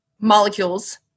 molecules